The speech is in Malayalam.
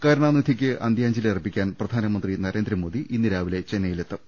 കരുണാനിധിക്ക് അന്ത്യാഞ്ജലി അർപ്പിക്കാൻ പ്രധാനമന്ത്രി നരേന്ദ്രമോദി ഇന്നുരാവിലെ ചെന്നൈയിലെത്തും